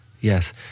yes